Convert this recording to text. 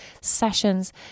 sessions